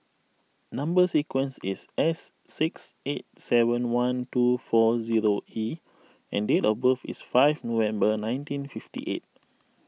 Number Sequence is S six eight seven one two four zero E and date of birth is five November nineteen fifty eight